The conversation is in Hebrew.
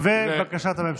ולבקשת הממשלה.